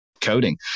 coding